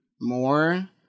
more